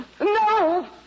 no